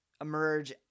emerge